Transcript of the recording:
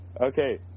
Okay